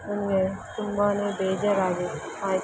ನನಗೆ ತುಂಬಾ ಬೇಜಾರಾಗಿ ಆಯ್ತು